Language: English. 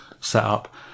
setup